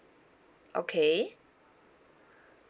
okay